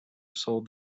sold